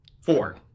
Four